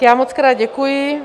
Já mockrát děkuji.